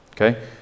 okay